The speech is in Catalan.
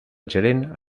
gerent